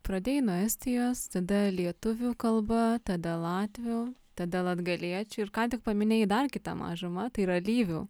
pradėjai nuo estijos tada lietuvių kalba tada latvių tada latgaliečių ir ką tik paminėjai dar kitą mažumą tai yra lyvių